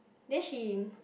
then she in